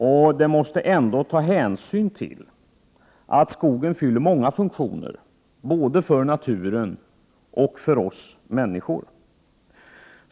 Men samtidigt måste man ta hänsyn till det faktum att skogen fyller många funktioner både för naturen och för oss människor.